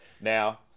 Now